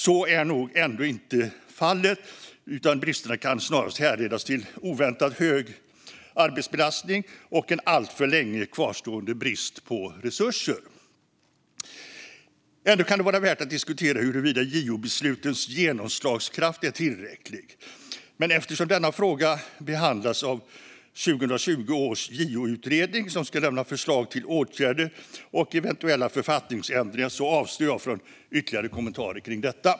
Så är nog ändå inte fallet, utan bristerna kan snarast härledas till oväntat hög arbetsbelastning och en alltför länge kvarstående brist på resurser. Ändå kan det vara värt att diskutera huruvida JO-beslutens genomslagskraft är tillräcklig. Men eftersom denna fråga behandlas av 2020 års JO-utredning, som ska lämna förslag till åtgärder och eventuella författningsändringar, så avstår jag från ytterligare kommentarer om detta.